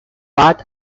bart